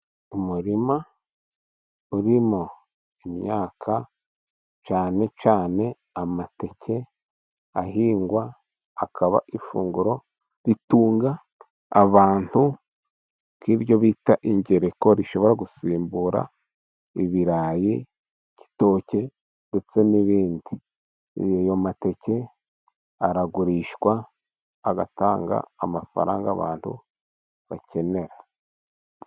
Umurima urimo imyaka cyane cyane amateke, ahingwa hakaba ifunguro ritunga abantu nk'ibyo bita ingereko, ishobora gusimbura ibirayi, igitoki ndetse n'ibindi. Ayo mateke aragurishwa agatanga amafaranga abantu bakenera.